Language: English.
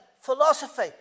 philosophy